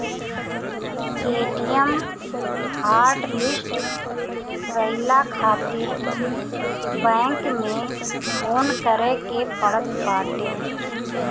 ATM hotlist कईला खातिर bank में फोन करे के पड़त बाटे